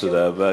תודה רבה.